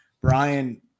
Brian